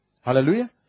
Hallelujah